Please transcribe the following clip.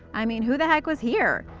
i mean, who the heck was here?